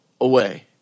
away